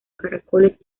caracoles